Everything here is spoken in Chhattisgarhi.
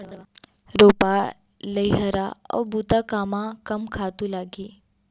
रोपा, लइहरा अऊ बुता कामा कम खातू लागही?